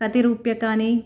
कति रूप्यकाणि